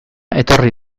etorri